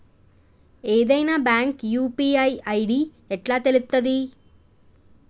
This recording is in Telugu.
ఏదైనా బ్యాంక్ యూ.పీ.ఐ ఐ.డి ఎట్లా తెలుత్తది?